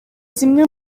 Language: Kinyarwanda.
zimwe